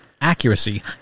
accuracy